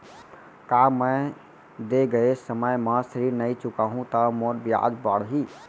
का मैं दे गए समय म ऋण नई चुकाहूँ त मोर ब्याज बाड़ही?